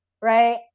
right